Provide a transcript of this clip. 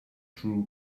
true